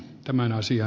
tämän asia